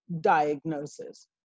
diagnosis